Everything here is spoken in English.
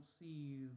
see